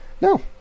no